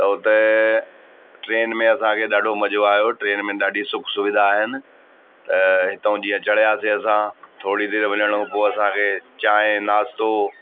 त हुते ट्रेन में असांखे ॾाढो मज़ो आयो ट्रेन में ॾाढी सुखु सुविधा आहिनि त हितां जीअं चढ़ियासीं असां थोरी देरि वञण खां पोइ असांखे चांहि नाश्तो